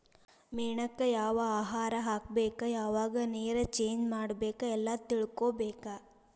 ಮೇನಕ್ಕ ಯಾವ ಆಹಾರಾ ಹಾಕ್ಬೇಕ ಯಾವಾಗ ನೇರ ಚೇಂಜ್ ಮಾಡಬೇಕ ಎಲ್ಲಾ ತಿಳಕೊಬೇಕ